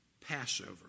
Passover